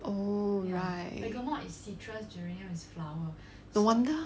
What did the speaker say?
oh right no wonder